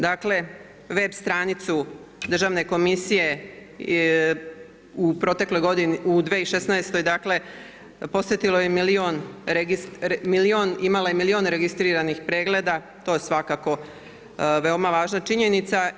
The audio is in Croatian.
Dakle, web stranicu Državne komisije u protekloj godini, u 2016. dakle posetilo je milijun, imala je milijun registriranih pregleda to je svakako važna činjenica.